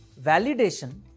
validation